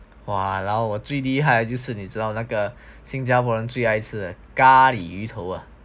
!walao! 我最厉害就是你知道那个新加坡人最爱吃咖哩鱼头啊